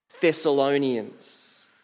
Thessalonians